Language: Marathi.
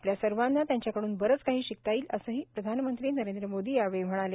आपल्या सर्वांना त्यांच्याकडून बरेच काही शिकता येईल असेही प्रधानमंत्री नरेंद्र मोदी यावेळी म्हणाले